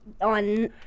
on